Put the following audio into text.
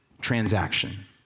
transaction